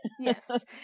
Yes